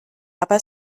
aber